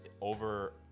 over